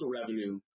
revenue